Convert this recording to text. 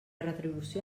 retribució